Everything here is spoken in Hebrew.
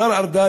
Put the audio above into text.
השר ארדן,